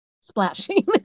Splashing